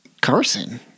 Carson